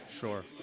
Sure